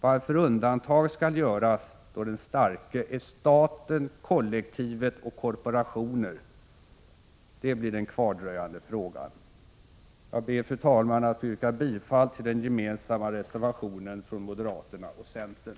Varför undantag skall göras då den starke är staten, kollektivet och korporationer — det blir den kvardröjande frågan. Jag ber, fru talman, att få yrka bifall till den gemensamma reservationen från moderaterna och centern.